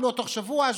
אם לא תוך שבוע-שבועיים,